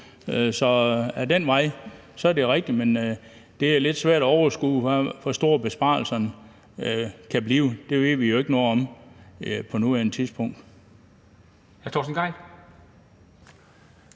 Så ad den vej er det rigtigt, men det er lidt svært at overskue, hvor store besparelserne kan blive. Det ved vi jo ikke noget om på nuværende tidspunkt.